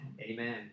Amen